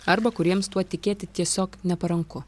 arba kuriems tuo tikėti tiesiog neparanku